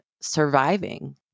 surviving